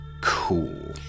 cool